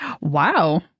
Wow